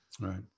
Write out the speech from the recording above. Right